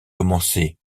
commencé